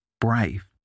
brave